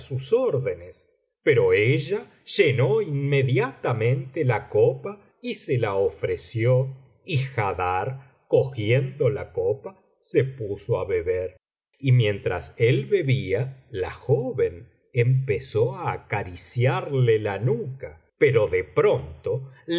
sus órdenes pero ella llenó inmediatamente la copa y se la ofreció y haddar cogiendo la copa se puso á beber y mientras él bebía la joven empezó á acariciarle la nuca pero de pronto le